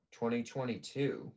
2022